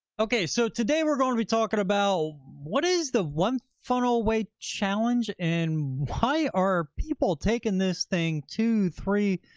okay. so today we're going to be talking about what is the one funnel away challenge and why are people taking this thing two, three,